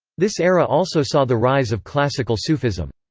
this era also saw the rise of classical sufism.